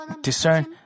discern